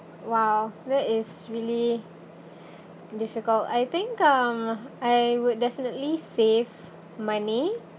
!wow! that is really difficult I think um I would definitely save money